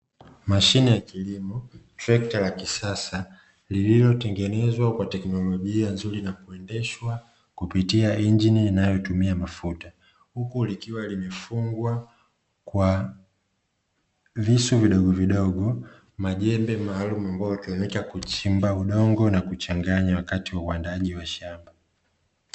Mashine ya kilimo trekta la kisasa lililotengenezwa kwa teknolojia nzuri na kuendeshwa kwa injini inayotumia mafuta huku likiwa limefungwa kwa visu vidogo vidogo, majembe maalumu yanayotumika kuchimba udongo na kuchanganya wakati wa uandaaji wa shamba.